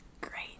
great